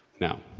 now.